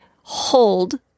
hold